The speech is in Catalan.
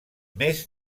més